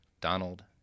Donald